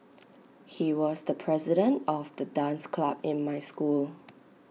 he was the president of the dance club in my school